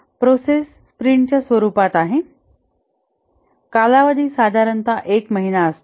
process स्प्रिंटच्या स्वरूपात आहे कालावधी साधारणत एक महिना असतो